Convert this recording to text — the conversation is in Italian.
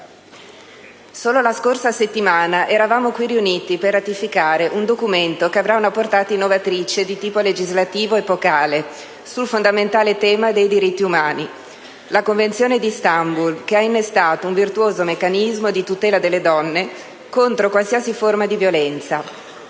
Solo la scorsa settimana eravamo qui riuniti per ratificare un documento che avrà una portata innovatrice di tipo legislativo epocale sul fondamentale tema dei diritti umani: la Convenzione di Istanbul, che ha innestato un virtuoso meccanismo di tutela delle donne contro qualsiasi forma di violenza;